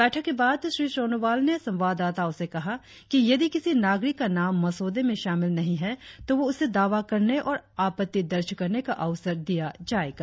बैठक के बाद श्री सोनोवाल ने संवाददाताओं से कहा कि यदि किसी नागरिक का नाम मसौदे में शामिल नहीं है तों उसे दावा करने और आपत्ति दर्ज करने का अवसर दिया जाएगा